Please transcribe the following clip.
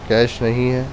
cash نہیں ہے